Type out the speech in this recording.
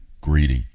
greedy